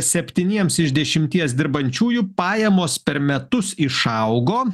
septyniems iš dešimties dirbančiųjų pajamos per metus išaugo